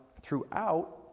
throughout